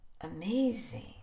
amazing